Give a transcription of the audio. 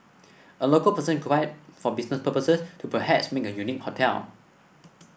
a local person could buy it for business purposes to perhaps make a unique hotel